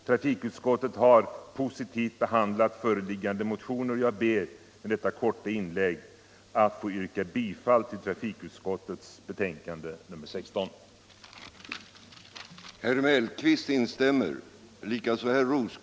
Trafikutskottet har positivt behandlat föreliggande motioner och jag ber med detta korta inlägg att få yrka bifall till trafikutskottets hemställan i betänkandet nr 16. främja cykeltrafi